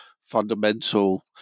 fundamental